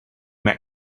met